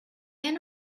end